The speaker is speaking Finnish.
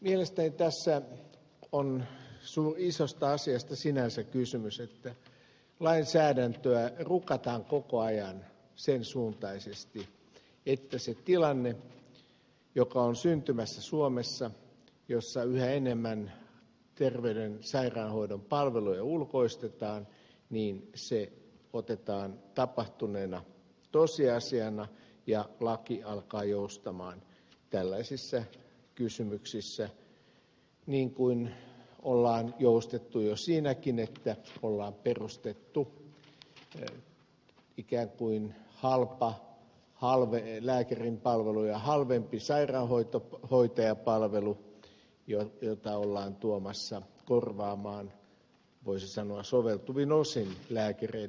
mielestäni tässä on isosta asiasta sinänsä kysymys että lainsäädäntöä rukataan koko ajan sen suuntaisesti että se tilanne joka on syntymässä suomessa jossa yhä enemmän terveyden sairaanhoidon palveluja ulkoistetaan otetaan tapahtuneena tosiasiana ja laki alkaa joustaa tällaisissa kysymyksissä niin kuin on joustettu jo siinäkin että on perustettu ikään kuin lääkäripalveluja halvempi sairaanhoitajapalvelu jota ollaan tuomassa korvaamaan voisi sanoa soveltuvin osin lääkäreiden työtehtäviä